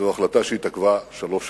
זו החלטה שהתעכבה שלוש שנים.